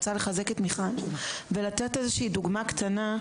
אני רוצה לחזק את מיכל ולתת איזו שהיא דוגמה קטנה.